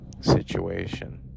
situation